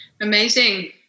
amazing